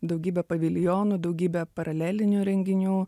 daugybė paviljonų daugybė paralelinių renginių